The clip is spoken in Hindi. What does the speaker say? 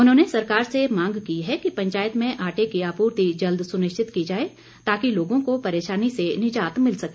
उन्होंने सरकार से मांग की है कि पंचायत में आटे की आपूर्ति जल्द सुनिश्चित की जाए ताकि लोगों को परेशानी से निजात मिल सके